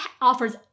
offers